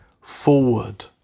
forward